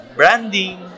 branding